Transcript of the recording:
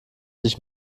sich